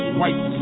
white